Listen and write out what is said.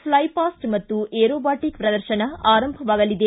flypast ಮತ್ತು aerobatic ಪ್ರದರ್ಶನ ಆರಂಭವಾಗಲಿದೆ